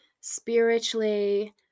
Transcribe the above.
spiritually